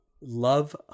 love